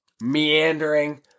meandering